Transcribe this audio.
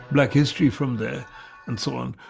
black history from there and so on.